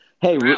Hey